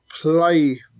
play